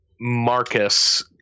Marcus